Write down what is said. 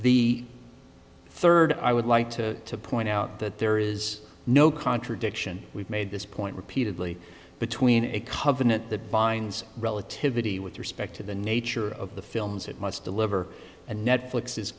the third i would like to point out that there is no contradiction we've made this point repeatedly between a covenant that binds relativity with respect to the nature of the films it must deliver and netfli